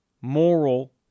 moral